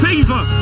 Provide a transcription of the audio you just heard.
Favor